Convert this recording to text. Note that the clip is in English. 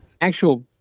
actual